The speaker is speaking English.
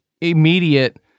immediate